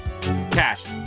Cash